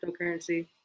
cryptocurrency